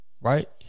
Right